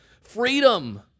Freedom